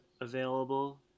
available